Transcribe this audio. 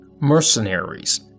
mercenaries